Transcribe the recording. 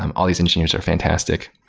um all these engineers are fantastic.